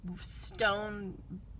stone